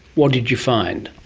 what did you find?